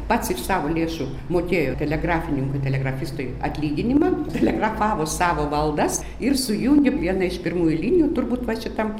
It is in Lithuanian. pats iš savo lėšų mokėjo telegrafininkui telegrafistui atlyginimą telegrafavo savo valdas ir sujungė viena iš pirmųjų linijų turbūt va šitam